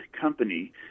Company